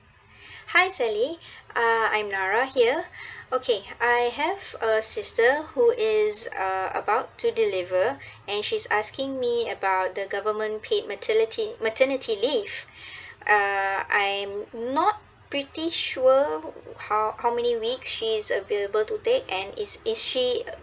hi sally uh I'm nara here okay I have a sister who is uh about to deliver and she's asking me about the government paid maternity maternity leave uh I'm not pretty sure how how many week she is available to take and is is she